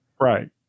Right